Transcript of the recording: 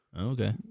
Okay